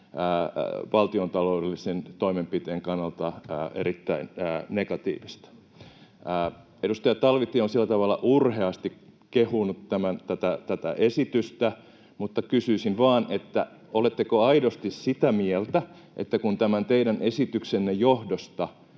valtiontaloudellisen toimenpiteen kannalta erittäin negatiivista. Edustaja Talvitie on sillä tavalla urheasti kehunut tätä esitystä, mutta kysyisin vaan, oletteko aidosti sitä mieltä, että tämän teidän esityksenne johdosta